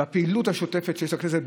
בפעילות השוטפת שיש לכנסת,